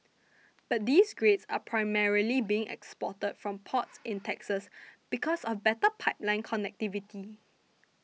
but these grades are primarily being exported from ports in Texas because of better pipeline connectivity